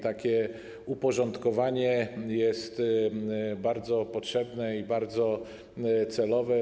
Takie uporządkowanie jest bardzo potrzebne i bardzo celowe.